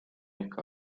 ikka